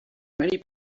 many